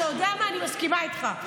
אתה יודע מה, אני מסכימה איתך.